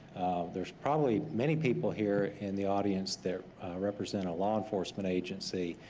there's probably many people here in the audience that represent a law enforcement agency,